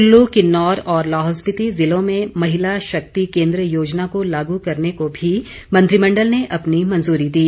कुल्लू किन्नौर और लाहौल स्पीति जिलों में महिला शक्ति केंद्र योजना को लागू करने को भी मंत्रिमंडल ने अपनी मंजूरी दी